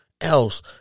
else